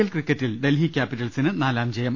L ക്രിക്കറ്റിൽ ഡൽഹി ക്യാപിറ്റൽസിന് നാലാം ജയം